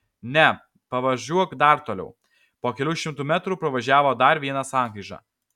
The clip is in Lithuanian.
ne pavažiuok dar toliau po kelių šimtų metrų privažiavo dar vieną sankryžą